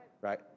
right